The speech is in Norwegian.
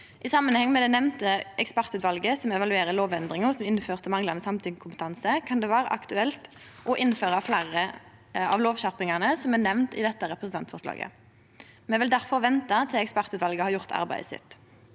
I samanheng med det nemnde ekspertutvalet som evaluerer lovendringa som innførte manglande samtykkekompetanse, kan det vere aktuelt å innføre fleire av lovskjerpingane som er nemnde i dette representantforslaget. Me vil difor vente til ekspertutvalet har gjort arbeidet sitt.